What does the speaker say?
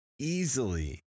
easily